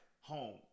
home